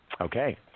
Okay